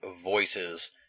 Voices